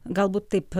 galbūt taip